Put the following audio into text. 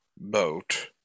Boat